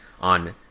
on